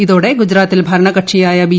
ഇതോടെ ഗുജറാത്തിൽ ഭരണകക്ഷിയായ ബി